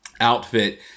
outfit